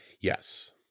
yes